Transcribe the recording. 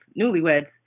newlyweds